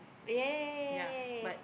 yeah yeah yeah yeah yeah yeah yeah yeah